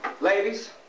Ladies